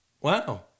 Wow